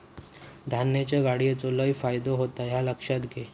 धान्याच्या गाडीचो लय फायदो होता ह्या लक्षात घे